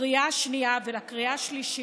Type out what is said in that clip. לקריאה השנייה ולקריאה השלישית,